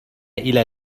إلى